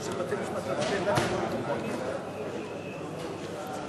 חוק ומשפט נתקבלה.